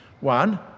One